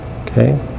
Okay